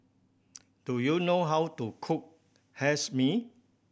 do you know how to cook hae mee